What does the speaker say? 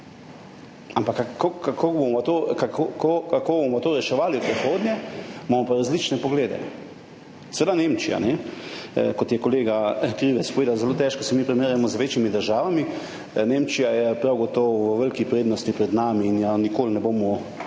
ampak kako bomo to reševali v prihodnje, imamo pa različne poglede. Seveda, Nemčija, kot je kolega Krivec povedal, zelo težko se mi primerjamo z večjimi državami, Nemčija je prav gotovo v veliki prednosti pred nami in je nikoli ne bomo